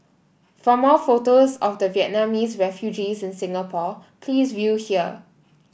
for more photos of the Vietnamese refugees in Singapore please view here